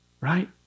Right